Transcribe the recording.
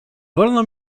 wolno